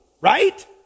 Right